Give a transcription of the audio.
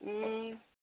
ଉଁ